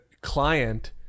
client